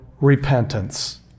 repentance